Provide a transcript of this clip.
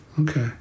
okay